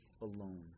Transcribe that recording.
alone